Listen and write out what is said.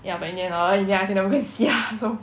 ya but in the end err in the end I also never go and see lah so